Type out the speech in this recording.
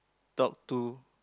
talk to